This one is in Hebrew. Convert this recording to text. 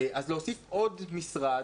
אז להוסיף עוד משרד